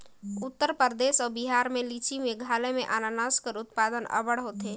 उत्तर परदेस अउ बिहार में लीची, मेघालय में अनानास कर उत्पादन अब्बड़ होथे